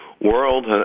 world